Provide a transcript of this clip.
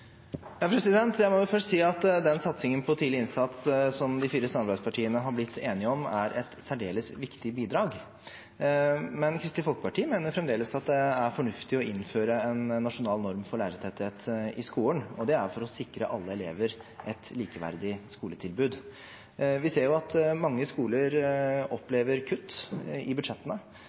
Jeg må først si at den satsingen på tidlig innsats som de fire samarbeidspartiene har blitt enige om, er et særdeles viktig bidrag. Men Kristelig Folkeparti mener fremdeles at det er fornuftig å innføre en nasjonal norm for lærertetthet i skolen, og det er for å sikre alle elever et likeverdig skoletilbud. Vi ser at mange skoler opplever kutt i budsjettene.